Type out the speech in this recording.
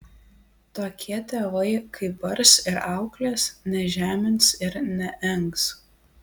tokie tėvai kai bars ir auklės nežemins ir neengs